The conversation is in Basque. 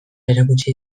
erakutsi